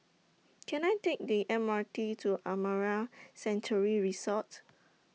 Can I Take The M R T to Amara Sanctuary Resort